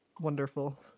Wonderful